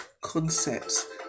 concepts